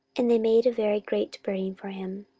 and they made a very great burning for him.